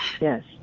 Yes